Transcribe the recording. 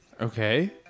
Okay